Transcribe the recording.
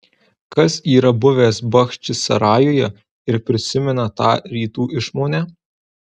kas yra buvęs bachčisarajuje ir prisimena tą rytų išmonę